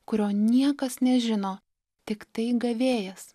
kurio niekas nežino tiktai gavėjas